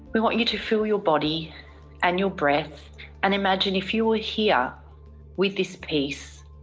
we want you to fill your body and your breath and imagine if you were here with this piece,